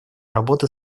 работы